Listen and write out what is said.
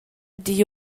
digl